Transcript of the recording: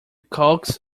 coax